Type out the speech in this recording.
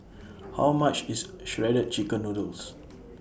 How much IS Shredded Chicken Noodles